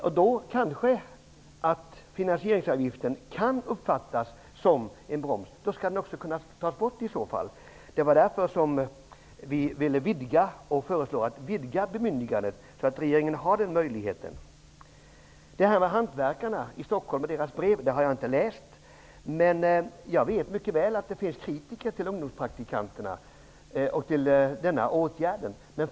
Finansieringsavgiften kan uppfattas som en broms. Men i så fall skall den tas bort. Det var därför vi föreslog att regeringens bemyndigande skall utvidgas, så att regeringen får den möjligheten. Jag har inte läst brevet från Hantverksföreningen i Stockholm. Jag vet mycket väl att det finns de som kritiserar ungdomspraktiken.